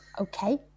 Okay